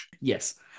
Yes